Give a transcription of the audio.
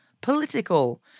political